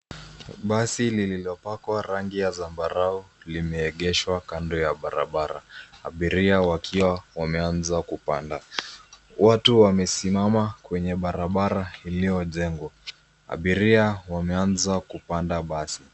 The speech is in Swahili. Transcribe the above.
Basi lililopakwa rangi ya zambarau limeegeshwa kando ya barabara ,abiria wakiwa wameanza kupanda. Watu wamesimama kwenye barabara iliyojengwa, abiria wameanza kupanda basi.